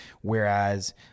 Whereas